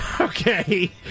Okay